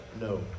No